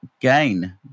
gain